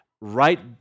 right